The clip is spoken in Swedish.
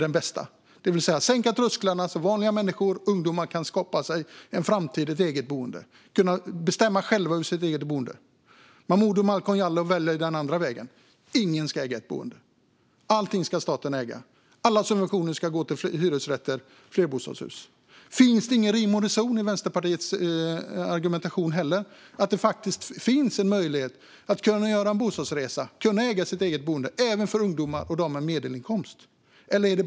Det handlar om att sänka trösklarna så att vanliga människor - och ungdomar - kan skapa sig en framtid i ett eget boende. Då kan de bestämma själva över sitt eget boende. Momodou Malcolm Jallow väljer dock den andra vägen, nämligen att ingen ska äga sitt boende. Allting ska staten äga! Alla subventioner ska gå till hyresrätter och flerbostadshus. Finns det ingen rim och reson i Vänsterpartiets argumentation? Ska det inte finnas möjlighet att göra en bostadsresa och äga sitt eget boende, även för ungdomar och dem med medelinkomst?